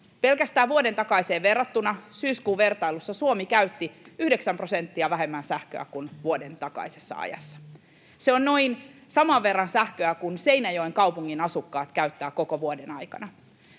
Pelkästään vuoden takaiseen verrattuna syyskuun vertailussa Suomi käytti yhdeksän prosenttia vähemmän sähköä kuin vuoden takaisessa ajassa. Se on noin saman verran sähköä kuin Seinäjoen kaupungin asukkaat käyttävät koko vuoden aikana.